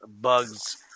bugs